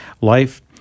life